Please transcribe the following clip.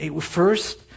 first